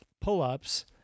pull-ups